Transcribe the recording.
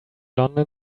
london